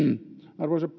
arvoisa